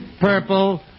purple